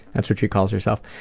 that's what she calls herself.